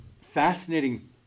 Fascinating